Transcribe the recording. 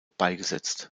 beigesetzt